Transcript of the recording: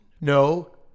No